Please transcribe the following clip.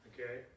Okay